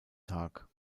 tag